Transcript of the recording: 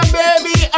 baby